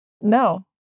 No